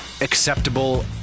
acceptable